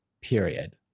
period